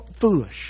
foolish